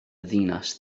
ddinas